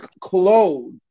clothes